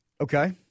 Okay